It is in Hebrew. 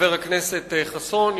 חבר הכנסת חסון,